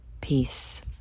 peace